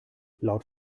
laut